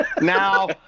now